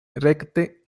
rekte